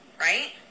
right